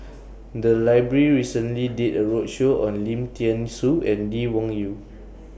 The Library recently did A roadshow on Lim Thean Soo and Lee Wung Yew